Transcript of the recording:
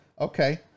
okay